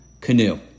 canoe